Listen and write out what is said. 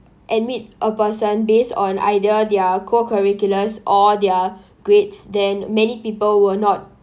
admit a person based on either their co-curriculars or their grades then many people will not